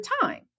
time